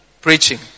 preaching